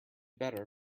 better